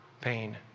pain